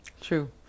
True